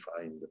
find